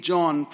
John